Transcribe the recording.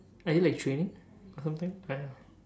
you like training or something I don't know